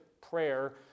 prayer